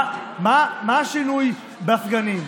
מה השינוי בסגנים?